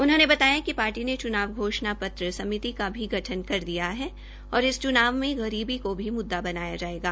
उन्होंनेबताया कि पार्टी ने चुनाव घोषणा पत्र समिति का भी गठन कर दिया है और इस चुनाव में गरीबी को भी मुददा बनाया जायेगा